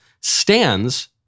stands